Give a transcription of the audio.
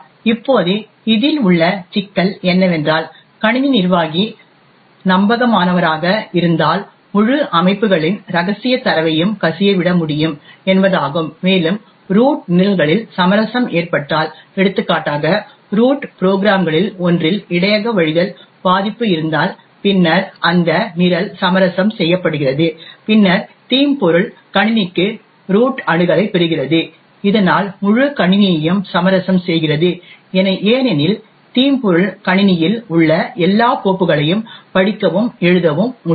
இப்போது இதில் உள்ள சிக்கல் என்னவென்றால் கணினி நிர்வாகி நம்பகமானவராக இருந்தால் முழு அமைப்புகளின் ரகசியத் தரவையும் கசியவிட முடியும் என்பதாகும் மேலும் ரூட் நிரல்களில் சமரசம் ஏற்பட்டால் எடுத்துக்காட்டாக ரூட் புரோகிராம்களில் ஒன்றில் இடையக வழிதல் பாதிப்பு இருந்தால் பின்னர் அந்த நிரல் சமரசம் செய்யப்படுகிறது பின்னர் தீம்பொருள் கணினிக்கு ரூட் அணுகலைப் பெறுகிறது இதனால் முழு கணினியையும் சமரசம் செய்கிறது ஏனெனில் தீம்பொருள் கணினியில் உள்ள எல்லா கோப்புகளையும் படிக்கவும் எழுதவும் முடியும்